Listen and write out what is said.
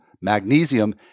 magnesium